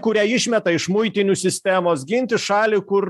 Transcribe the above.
kurią išmeta iš muitinių sistemos ginti šalį kur